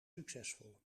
succesvol